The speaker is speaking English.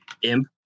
Imp